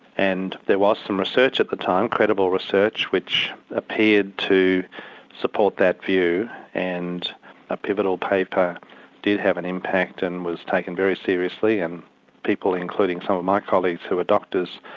and there was some research at the time, credible research, which appeared to support that view and a pivotal paper did have an impact, and was taken very seriously and people including some of my colleagues who are doctors,